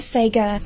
Sega